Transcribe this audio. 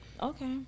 okay